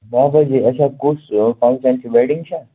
دَہ بَجے اَچھا کُس فَنٛکشَن چھُ ویڈِنٛگ چھا